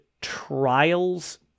trials